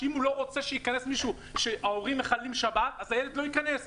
כך שאם הוא לא רוצה שייכנס מישהו שההורים מחללים שבת הילד לא ייכנס לשם.